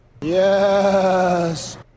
Yes